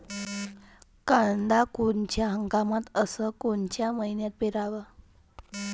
कांद्या कोनच्या हंगामात अस कोनच्या मईन्यात पेरावं?